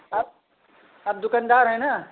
आप आप दुकानदार है ना